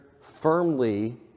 firmly